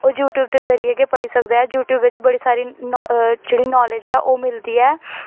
ओह् यूटयूब दे जरिये गै पढ़ी सकदा ऐ यूटयूब बिच्च बड़ी सारी जेह्ड़ी नॉलेज़ ऐ ओह् मिलदी ऐ